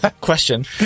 question